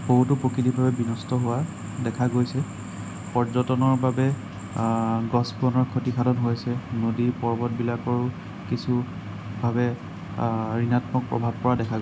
বহুতো প্ৰকৃতি বিনষ্ট হোৱা দেখা গৈছে পৰ্যটনৰ বাবে গছ বনৰ ক্ষতিসাধন হৈছে নদী পৰ্বতবিলাকৰো কিছুভাৱে ঋণাত্মক প্ৰভাৱ পৰা দেখা